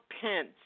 Pence